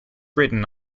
written